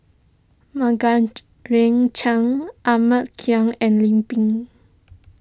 ring Chan Ahmad Khan and Lim Pin